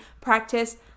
practice